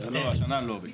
לא, השנה לא.